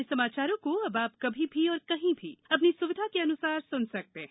हमारे समाचारों को अब आप कभी भी और कहीं भी अपनी सुविधा के अनुसार सुन सकते हैं